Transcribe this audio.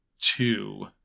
two